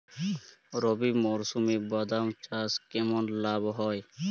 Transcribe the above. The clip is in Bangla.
রবি মরশুমে বাদাম চাষে কেমন লাভ হয়?